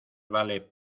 vale